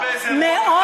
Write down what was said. שקיבלת את התשובות,